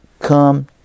Come